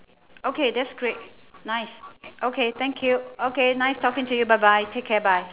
okay that's great nice okay thank you okay nice talking to you bye bye take care bye